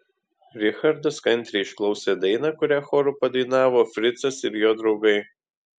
richardas kantriai išklausė dainą kurią choru padainavo fricas ir jo draugai